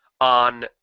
on